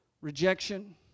rejection